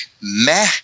Meh